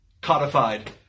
codified